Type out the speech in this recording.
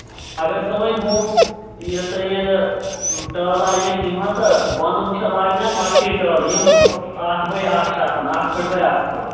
اَگر ژٕ وۄنۍ ہُم یہِ سا یہِ ٹٲل اَنَکھ یِم ہسا بۄنہٕ چھِ لاگنہِ اَتھ لَکچے ٹٲلہٕ یِم اکھ بَے اَکھ چھِ آسان اَکھ پھٕٹ بَے اَکھ پھٕٹ